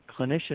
clinicians